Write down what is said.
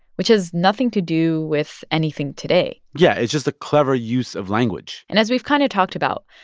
which has nothing to do with anything today yeah. it's just a clever use of language and as we've kind of talked about,